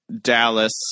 Dallas